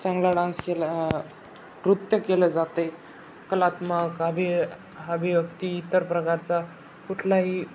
चांगला डान्स केला नृत्य केलं जातं आहे कलात्मक आभिय अभिव्यक्ती इतर प्रकारचा कुठलाही